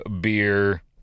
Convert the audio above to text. beer